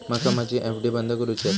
माका माझी एफ.डी बंद करुची आसा